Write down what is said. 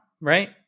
right